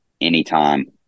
anytime